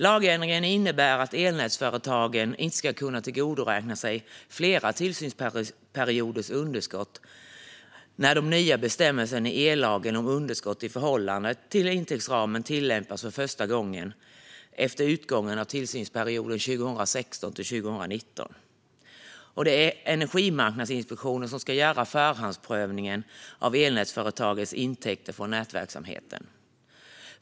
Lagändringen innebär att elnätsföretagen inte ska kunna tillgodoräkna sig flera tillsynsperioders underskott när de nya bestämmelserna i ellagen om underskott i förhållande till intäktsramen tillämpas för första gången efter utgången av tillsynsperioden 2016-2019. Det är Energimarknadsinspektionen som ska göra förhandsprövningen av elnätsföretagens intäkter från nätverksamheten.